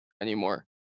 anymore